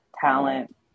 talent